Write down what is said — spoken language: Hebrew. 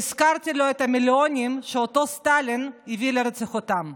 והזכרתי לו את המיליונים שאותו סטלין הביא לרציחתם.